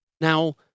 Now